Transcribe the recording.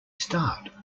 start